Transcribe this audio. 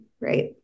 right